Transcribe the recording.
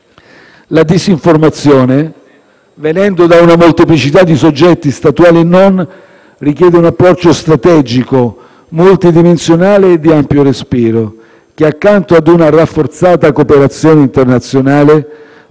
La disinformazione, venendo da una molteplicità di soggetti statuali e non, richiede un approccio strategico multidimensionale e di ampio respiro, che accanto ad una rafforzata cooperazione internazionale